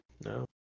no